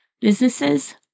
Businesses